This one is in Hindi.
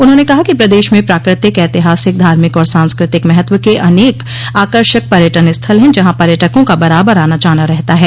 उन्होंने कहा कि प्रदेश में प्राकृतिक ऐतिहासिक धार्मिक और सांस्कृतिक महत्व के अनेक आकर्षक पर्यटन स्थल ह जहां पर्यटकों का बराबर आना जाना रहता है